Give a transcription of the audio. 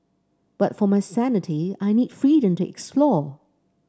but for my sanity I need freedom to explore